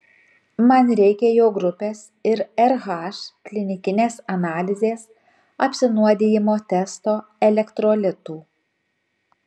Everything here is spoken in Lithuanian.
man reikia jo grupės ir rh klinikinės analizės apsinuodijimo testo elektrolitų